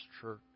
church